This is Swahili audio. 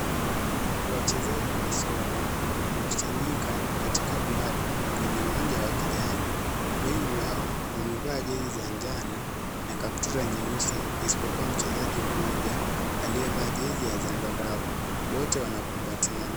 Wachezaji wa soka wamekusanyika katika duara kwenye uwanja wa kijani. Wengi wao wamevaa jezi za njano na kaptura nyeusi isipokuwa mchezaji mmoja aliyevaa jezi ya zambarau, wote wanakumbatiana.